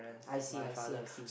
I see I see I see